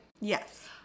yes